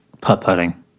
putt-putting